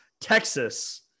Texas